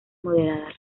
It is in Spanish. moderadas